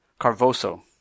Carvoso